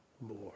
more